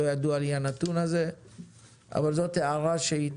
לא ידוע לי הנתון הזה אבל זאת הערה שהיא